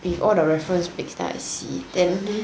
with all the reference pic that I see then